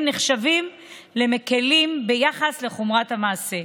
נחשבים מקילים ביחס לחומרת המעשה.